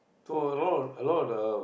so a lot a lot the